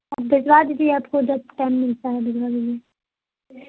آپ بجھوا دیجیے آپ کو جب ٹائم ملتا ہے بھجوا دیجیے